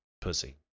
Pussy